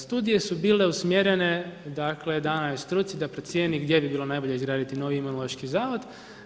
Studije su bile usmjerene dakle, dano je struci da procjeni gdje bi bilo najbolje izgraditi novi Imunološki zavod.